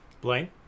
Blaine